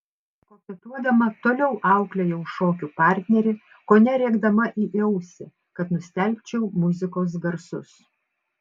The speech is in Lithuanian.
koketuodama toliau auklėjau šokių partnerį kone rėkdama į ausį kad nustelbčiau muzikos garsus